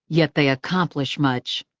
yet they accomplish much.